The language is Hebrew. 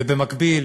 ובמקביל